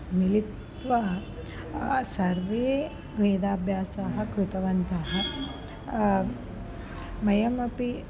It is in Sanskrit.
मिलित्वा सर्वे वेदाभ्यासाः कृतवन्तः मह्यमपि